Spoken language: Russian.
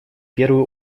первую